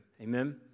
Amen